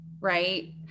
right